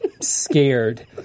scared